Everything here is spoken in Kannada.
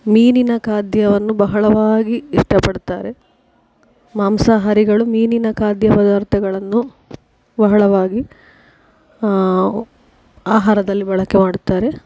ಮೀನಿನ ಖಾದ್ಯವನ್ನು ಬಹಳವಾಗಿ ಇಷ್ಟಪಡ್ತಾರೆ ಮಾಂಸಾಹಾರಿಗಳು ಮೀನಿನ ಖಾದ್ಯ ಪದಾರ್ಥಗಳನ್ನು ಬಹಳವಾಗಿ ಆಹಾರದಲ್ಲಿ ಬಳಕೆ ಮಾಡ್ತಾರೆ